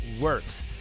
works